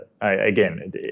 again